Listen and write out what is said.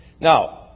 Now